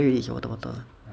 it's a water bottle